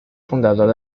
fundador